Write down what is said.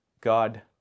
God